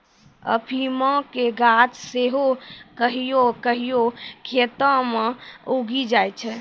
अफीमो के गाछ सेहो कहियो कहियो खेतो मे उगी जाय छै